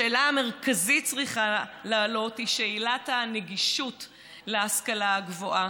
השאלה המרכזית שצריכה לעלות היא שאלת הנגישות להשכלה הגבוהה.